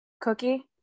cookie